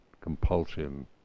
compulsion